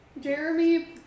Jeremy